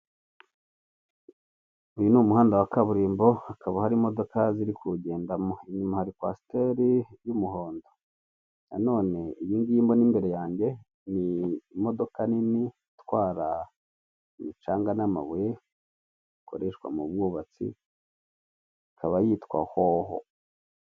Icyapa kiriho amafoto atatu magufi y'abagabo babiri uwitwa KABUGA n 'uwitwa BIZIMANA bashakishwa kubera icyaha cya jenoside yakorewe abatutsi mu Rwanda.